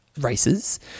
races